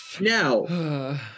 now